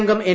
അംഗം എൻ